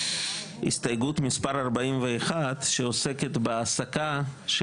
הסתייגות מספר 41 שעוסקת בהעסקה של